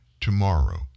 tomorrow